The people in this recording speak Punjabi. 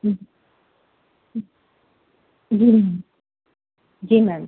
ਹਮ ਜੀ ਮੈਮ